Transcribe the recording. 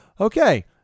okay